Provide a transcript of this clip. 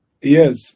yes